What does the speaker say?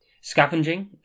Scavenging